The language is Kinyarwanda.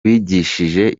wigishije